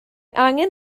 angen